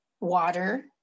water